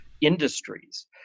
industries